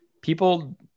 people